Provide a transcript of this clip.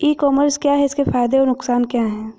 ई commerce क्या है इसके फायदे और नुकसान क्या है?